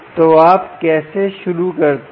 तो आप कैसे शुरू करते हैं